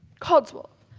codswallop.